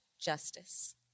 justice